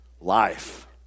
Life